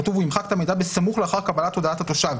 כתוב שהוא ימחק את המידע בסמוך לאחר קבלת הודעת התושב.